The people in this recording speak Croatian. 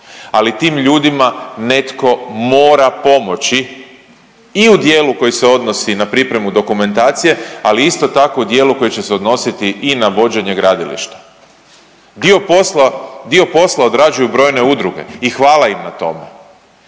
ali tim ljudima netko mora pomoći i u dijelu koji se odnosi na pripremu dokumentacije, ali isto tako u dijelu koji će se odnositi i na vođenje gradilišta. Dio posla, dio posla odrađuju brojne udruge i hvala im na tome,